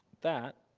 that